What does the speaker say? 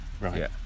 Right